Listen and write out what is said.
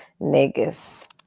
Niggas